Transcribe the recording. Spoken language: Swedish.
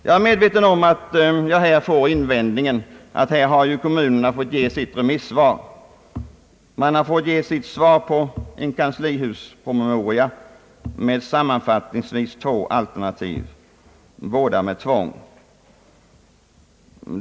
Jag är medveten om invändningen att kommunerna fått ge sitt svar på en kanslihuspromemoria med samman fattningsvis två alternativ, båda med tvång.